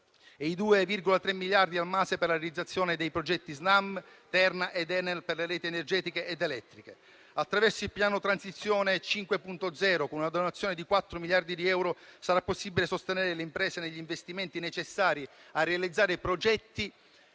energetica (MASE) per la realizzazione dei progetti Snam, terna ed Enel per le reti energetiche ed elettriche. Attraverso il piano Transizione 5.0, con una dotazione di 4 miliardi di euro, sarà possibile sostenere le imprese negli investimenti necessari a realizzare progetti